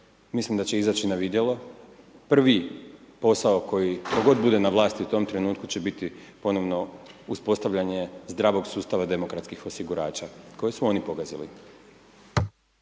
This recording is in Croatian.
mislim da će izaći na vidjelo. Prvi posao, koji kada god bude na vlasti, u tom trenutku će biti ponovno uspostavljanje zdravog sustava demokratskog osigurača, koji su oni pogazili.